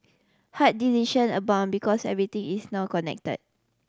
hard decision abound because everything is now connected